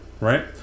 right